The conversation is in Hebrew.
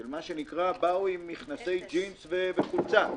כאשר הם באו עם מכנסי ג'ינס וחולצה,